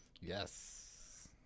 yes